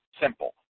simple